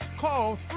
Call